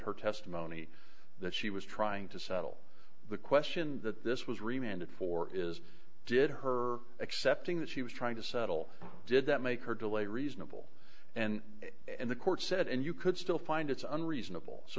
her testimony that she was trying to settle the question that this was remanded for is did her accepting that she was trying to settle did that make her delay reasonable and in the court said and you could still find it's unreasonable so